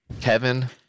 Kevin